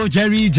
Jerry